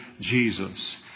Jesus